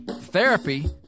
Therapy